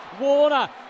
Warner